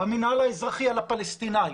המינהל האזרחי על הפלסטינאים,